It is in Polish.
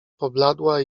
pobladła